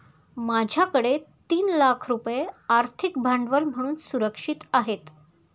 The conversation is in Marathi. माझ्याकडे तीन लाख रुपये आर्थिक भांडवल म्हणून सुरक्षित आहेत